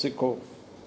सिखो